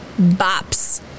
Bops